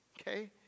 Okay